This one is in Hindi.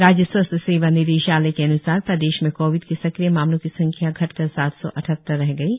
राज्य स्वास्थ्य सेवा निदेशालय के अन्सार प्रदेश में कोविड के सक्रिय मामलों की संख्या घटकर सात सौ अठहत्तर रह गई है